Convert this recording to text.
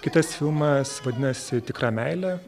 kitas filmas vadinasi tikra meilė